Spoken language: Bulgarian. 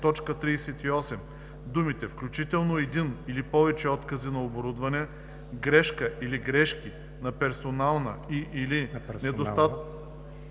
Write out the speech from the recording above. в т. 38 думите „включително един или повече откази на оборудване, грешка или грешки на персонала и/или недостатъци